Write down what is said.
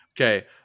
Okay